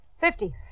Fifty